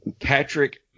Patrick